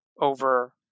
over